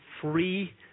free